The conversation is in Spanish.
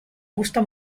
gusta